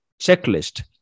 checklist